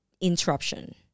interruption